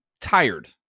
tired